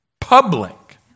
public